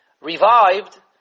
revived